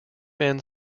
men